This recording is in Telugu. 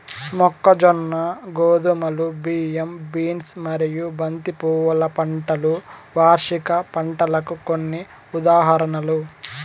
మొక్కజొన్న, గోధుమలు, బియ్యం, బీన్స్ మరియు బంతి పువ్వుల పంటలు వార్షిక పంటలకు కొన్ని ఉదాహరణలు